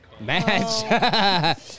match